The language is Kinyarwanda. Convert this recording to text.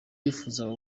yifuzaga